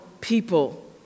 people